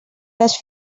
les